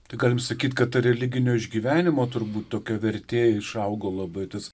tai galim sakyt kad ta religinio išgyvenimo turbūt tokia vertė išaugo labai tas